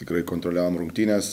tikrai kontroliavom rungtynes